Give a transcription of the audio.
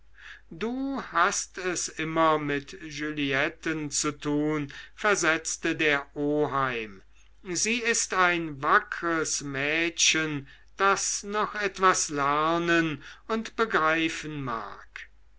du hast es immer mit julietten zu tun versetzte der oheim sie ist ein wackres mädchen das noch etwas lernen und begreifen mag